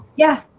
yeah,